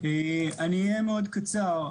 אני אהיה מאוד קצר,